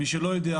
מי שלא יודע,